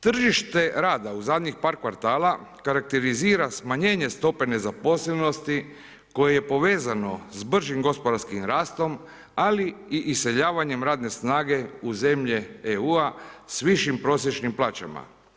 Tržište rada u zadnjih par kvartala karakterizira smanjenje stope nezaposlenosti koje je povezano s bržim gospodarskim rastom ali i iseljavanjem radne snage u zemlje EU-a s višim prosječnim plaćama.